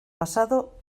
pasado